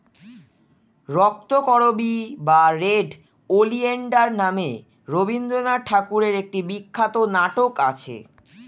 রক্তকরবী বা red oleander নামে রবিন্দ্রনাথ ঠাকুরের একটি বিখ্যাত নাটক আছে